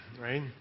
right